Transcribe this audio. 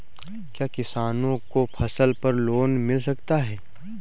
क्या किसानों को फसल पर लोन मिल सकता है?